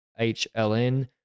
HLN